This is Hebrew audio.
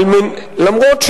אגב,